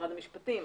משרד המשפטים.